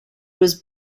was